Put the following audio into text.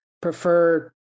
prefer